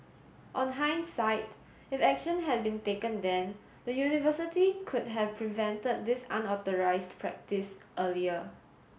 on hindsight if action had been taken then the university could have prevented this unauthorised practice earlier